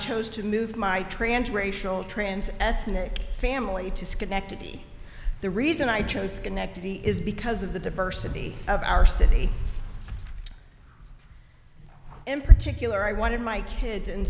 chose to move my trans racial trans ethnic family to schenectady the reason i chose schenectady is because of the diversity of our city in particular i wanted my kids in